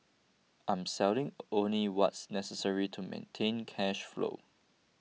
I'm selling only what's necessary to maintain cash flow